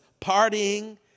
partying